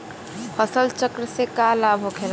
फसल चक्र से का लाभ होखेला?